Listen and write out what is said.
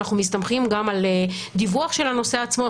אנחנו מסתמכים גם על דיווח של הנוסע עצמו.